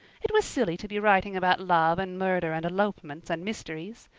it was silly to be writing about love and murder and elopements and mysteries.